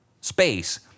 space